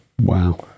Wow